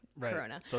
Corona